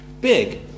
big